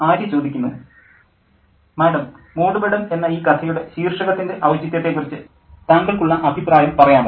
Arya madam മൂടുപടം എന്ന ഈ കഥയുടെ ശീർഷകത്തിൻ്റെ ഔചിത്യത്തെക്കുറിച്ച് താങ്കൾക്കുള്ള അഭിപ്രായം പറയാമോ